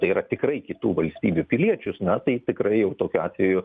tai yra tikrai kitų valstybių piliečius na tai tikrai jau tokiu atveju